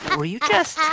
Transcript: were you just.